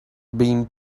been